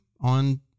on